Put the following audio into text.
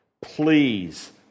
please